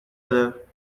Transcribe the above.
other